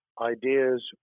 ideas